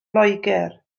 loegr